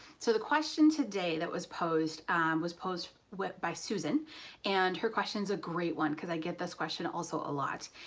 so the question today that was posed was posed by susan and her question is a great one because i get this question also a lot.